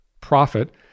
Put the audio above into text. profit